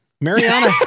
Mariana